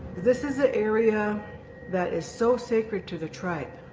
this is an area that is so sacred to the tribe.